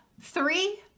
three